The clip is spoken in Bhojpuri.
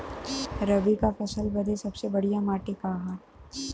रबी क फसल बदे सबसे बढ़िया माटी का ह?